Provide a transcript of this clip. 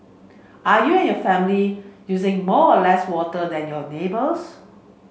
are you and your family using more or less water than your neighbours